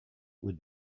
would